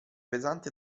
pesante